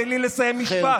תן לי לסיים משפט.